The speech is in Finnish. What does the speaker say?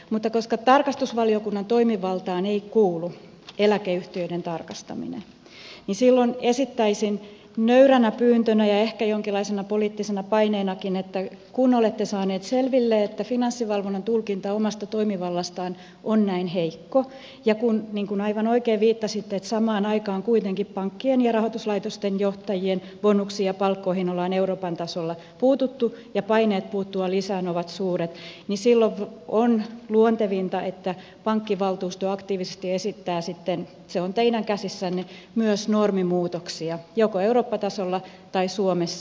mutta koska tarkastusvaliokunnan toimivaltaan ei kuulu eläkeyhtiöiden tarkastaminen niin silloin esittäisin nöyränä pyyntönä ja ehkä jonkinlaisena poliittisena paineenakin että kun olette saaneet selville että finanssivalvonnan tulkinta omasta toimivallastaan on näin heikko ja kun niin kuin aivan oikein viittasitte samaan aikaan kuitenkin pankkien ja rahoituslaitosten johtajien bonuksiin ja palkkoihin ollaan euroopan tasolla puututtu ja paineet puuttua lisää ovat suuret niin silloin on luontevinta että pankkivaltuusto aktiivisesti esittää sitten se on teidän käsissänne myös normimuutoksia joko eurooppa tasolla tai suomessa